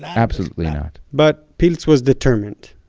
absolutely not. but pilz was determined.